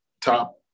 top